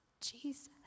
Jesus